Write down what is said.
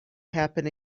happen